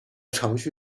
程序